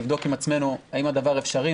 ולבדוק עם עצמנו האם הדבר אפשרי,